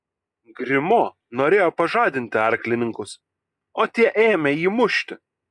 grimo norėjo pažadinti arklininkus o tie ėmė jį mušti